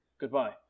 Goodbye